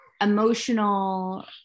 emotional